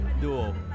Duo